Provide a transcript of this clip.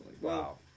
Wow